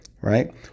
Right